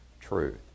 truth